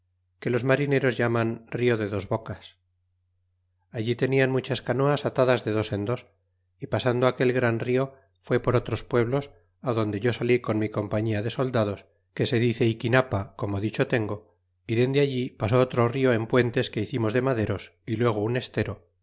que los marineros llaman rio de dos bocas allí tenian muchas canoas atadas de dos en dos y pasado aquel gran rio fué por otros pueblos adonde yo salí con mi compañía de soldados que se dice iquinapa como dicho tengo y dende allí pasó otro rio en puentes que hicimos de maderos y luego un estero